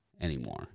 anymore